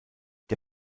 der